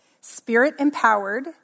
spirit-empowered